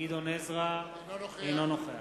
אינו נוכח